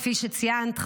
כפי שציינת,